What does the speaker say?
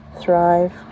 thrive